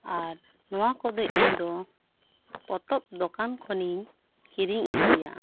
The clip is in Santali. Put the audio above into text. ᱟᱨ ᱱᱚᱣᱟ ᱠᱚᱫᱚ ᱤᱧ ᱫᱚ ᱯᱚᱛᱚᱵ ᱫᱚᱠᱟᱱ ᱠᱷᱚᱱᱤᱧ ᱠᱤᱨᱤᱧ ᱟᱹᱜᱩᱭᱟ